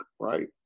Right